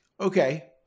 Okay